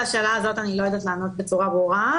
על השאלה הזאת אני לא יודעת לענות בצורה ברורה.